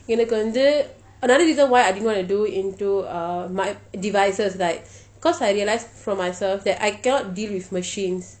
எனக்கு வந்து:enakku vanthu another reason why I didn't want to do into uh my devices right cause I realised from myself that I cannot deal with machines